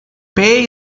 pay